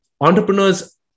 entrepreneurs